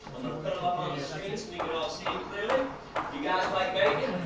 i'm going to put them up on the screen, so we can all see it clearly. do you guys like bacon?